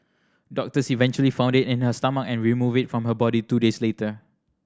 doctors eventually found it in her stomach and removed it from her body two days later